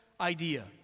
idea